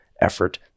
effort